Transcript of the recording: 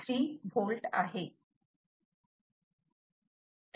3 V आहे